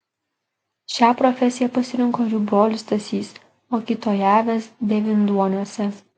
šią profesiją pasirinko ir jų brolis stasys mokytojavęs devynduoniuose